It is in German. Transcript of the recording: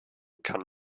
kann